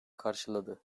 karşıladı